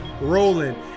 rolling